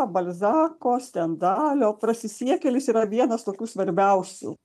balzako stendalio prasisiekėlis yra vienas tokių svarbiausių